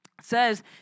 says